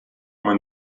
uma